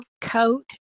coat